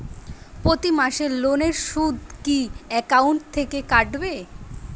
প্রতি মাসে লোনের সুদ কি একাউন্ট থেকে কাটবে?